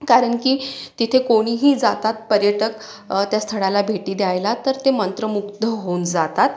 कारण की तिथे कोणीही जातात पर्यटक त्या स्थळाला भेटी द्यायला तर ते मंत्रमुग्ध होऊन जातात